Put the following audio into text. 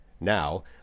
Now